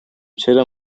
چرا